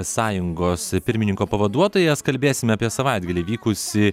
sąjungos pirmininko pavaduotojas kalbėsime apie savaitgalį vykusį